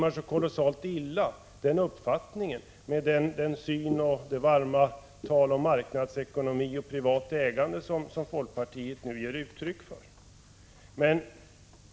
Den uppfattningen rimmar illa med det varma tal om marknadsekonomi och privat ägande som folkpartiet nu ger uttryck för.